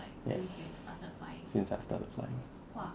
yes since I started flying